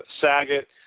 Saget